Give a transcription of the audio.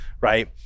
right